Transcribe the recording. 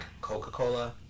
Coca-Cola